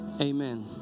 amen